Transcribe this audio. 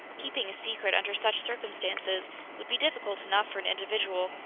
keeping a secret under such circumstances would be difficult enough for an individual,